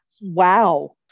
Wow